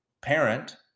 parent